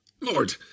Lord